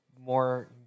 more